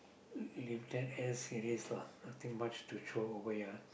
leave that as it is lah nothing much to throw away ah